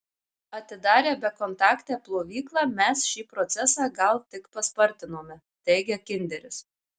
atidarę bekontaktę plovyklą mes šį procesą gal tik paspartinome teigia kinderis